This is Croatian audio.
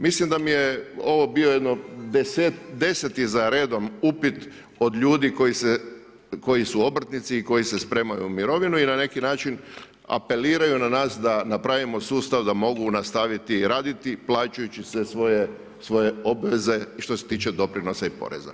Mislim da mi je ovo bio jedno deseti za redom upit od ljudi koji su obrtnici i koji se spremaju u mirovinu i na neki način apeliraju na nas da napravimo sustav da mogu nastaviti raditi plaćajući sve svoje obveze i što se tiče doprinosa i poreza.